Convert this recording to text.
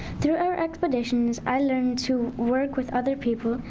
through our expeditions i learned to work with other people,